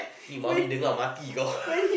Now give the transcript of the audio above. mummy mati